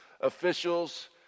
officials